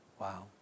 Wow